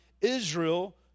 Israel